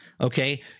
okay